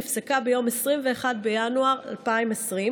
נפסקה ביום 21 בינואר 2020,